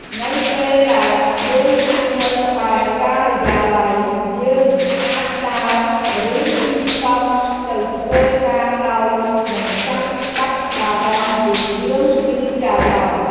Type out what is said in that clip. នៅពេលដែលយើងស្នាក់នៅក្បែរការិយាល័យ យើងអាចដើរ ឬជិះកង់ទៅធ្វើការដោយមិនបាច់បារម្ភពីរឿងយឺតយ៉ាវឡើយ។